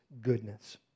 goodness